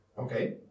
Okay